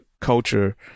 culture